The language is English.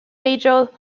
major